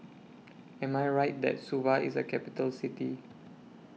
Am I Right that Suva IS A Capital City